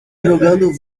jogando